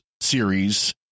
series